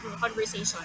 conversation